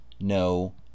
no